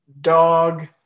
dog